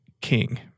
king